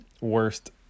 worst